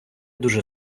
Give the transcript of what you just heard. дуже